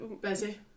busy